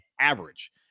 average